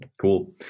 Cool